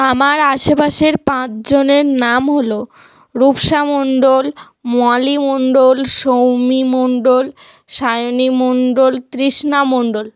আমার আশেপাশের পাঁচজনের নাম হলো রূপসা মণ্ডল মলি মণ্ডল সৌমি মণ্ডল সায়নী মণ্ডল তৃষ্ণা মণ্ডল